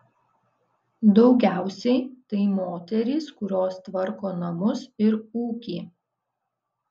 daugiausiai tai moterys kurios tvarko namus ir ūkį